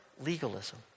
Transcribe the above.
legalism